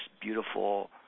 beautiful